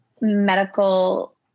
medical